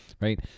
right